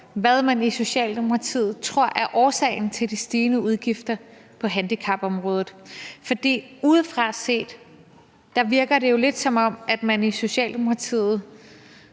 hvad man i Socialdemokratiet tror er årsagen til de stigende udgifter på handicapområdet. For udefra set virker det jo lidt, som om man i Socialdemokratiet